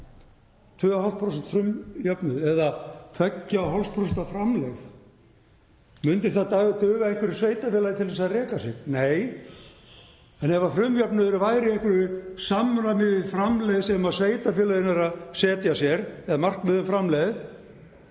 2,5% frumjöfnuð eða 2,5% af framlegð. Myndi það duga einhverju sveitarfélagi til þess að reka sig? Nei. En ef frumjöfnuðurinn væri í einhverju samræmi við framlegð sem sveitarfélögin eru að setja sér eða markmið um framlegð,